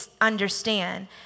understand